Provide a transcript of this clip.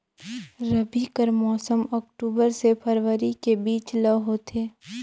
रबी कर मौसम अक्टूबर से फरवरी के बीच ल होथे